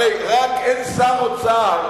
הרי רק אין שר אוצר,